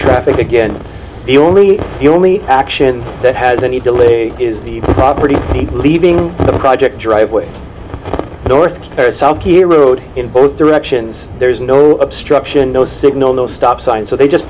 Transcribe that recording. traffic again the only the only action that has any delay is the property leaving the project driveway north or south erode in both directions there is no obstruction no signal no stop signs so they just